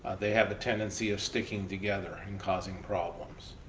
they have a tendency of sticking together and causing problems.